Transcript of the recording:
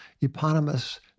eponymous